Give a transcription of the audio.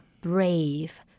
Brave